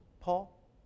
Paul